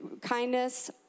Kindness